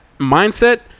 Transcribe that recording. mindset